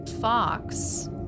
fox